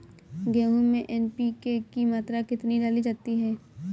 गेहूँ में एन.पी.के की मात्रा कितनी डाली जाती है?